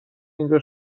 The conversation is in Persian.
اینجا